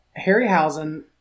Harryhausen